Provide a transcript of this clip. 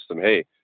hey